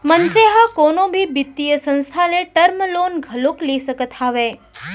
मनसे ह कोनो भी बित्तीय संस्था ले टर्म लोन घलोक ले सकत हावय